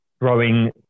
growing